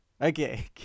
Okay